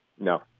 No